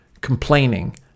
complaining